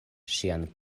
ŝian